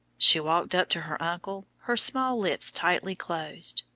she walked up to her uncle, her small lips tightly closed,